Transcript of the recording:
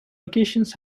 locations